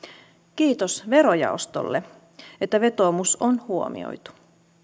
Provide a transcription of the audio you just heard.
kiitos verojaostolle että vetoomus on huomioitu